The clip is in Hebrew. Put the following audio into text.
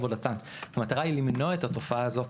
המטרה היא למנוע את התופעה הזאת.